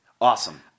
Awesome